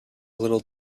little